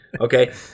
Okay